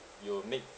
you'll make